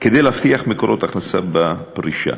כדי להבטיח מקורות הכנסה בפרישה.